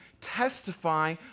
testify